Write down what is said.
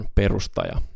perustaja